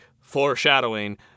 foreshadowing